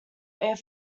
air